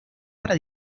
para